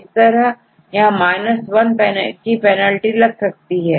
इस तरह यहां 1 की पेनाल्टी लग सकती है